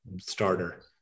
starter